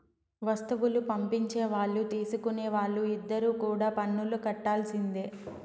వస్తువులు పంపించే వాళ్ళు తీసుకునే వాళ్ళు ఇద్దరు కూడా పన్నులు కట్టాల్సిందే